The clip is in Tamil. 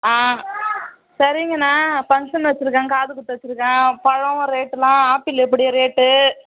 ஆ சரிங்கண்ணா ஃபங்க்ஷன் வெச்சுருக்கேன் காது குத்து வெச்சுருக்கேன் பழம் ரேட்டெலாம் ஆப்பிள் எப்படி ரேட்டு